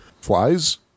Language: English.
Flies